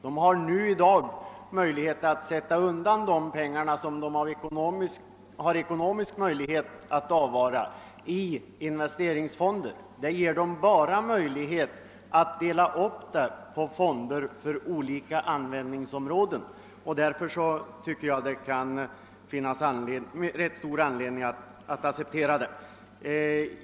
I dag kan företag sätta undan alla de pengar som kan avvaras i investeringsfonder. Vårt förslag innebär bara att det ges möjligheter att dela upp pengarna på fonder för olika användningsområden. Därför anser jag att det finns stor anledning att acceptera förslaget.